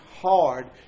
hard